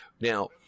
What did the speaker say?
Now